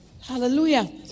Hallelujah